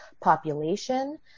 population